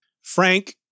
Frank